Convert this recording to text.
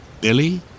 Billy